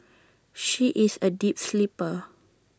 she is A deep sleeper